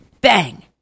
bang